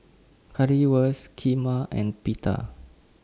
Currywurst Kheema and Pita